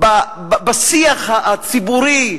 בשיח הציבורי,